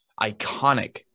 iconic